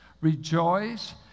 rejoice